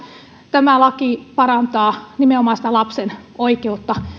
tämä laki parantaa nimenomaan sitä lapsen oikeutta